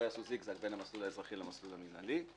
לא יעשו זיג-זג בין המסלול האזרחי למסלול המינהלי.